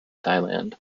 thailand